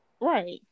Right